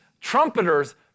trumpeters